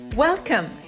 Welcome